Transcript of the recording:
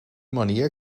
manier